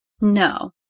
No